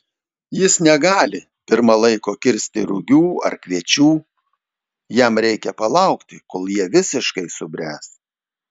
jis negali pirma laiko kirsti rugių ar kviečių jam reikia palaukti kol jie visiškai subręs